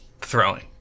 throwing